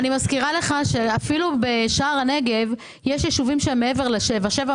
אני מזכירה לך שאפילו בשער הנגב יש יישובים שהם מעבר לשבעה